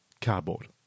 cardboard